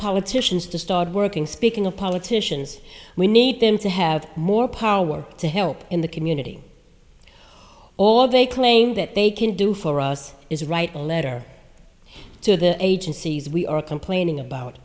politicians to start working speaking a politician's we need them to had more power to help in the community all they claim that they can do for us is right a letter to agencies we are complaining about